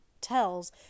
tells